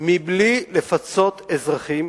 בלי לפצות אזרחים